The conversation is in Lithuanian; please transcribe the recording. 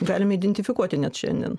galim identifikuoti net šiandien